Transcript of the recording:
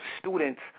students